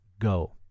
go